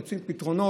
היו מוצאים פתרונות.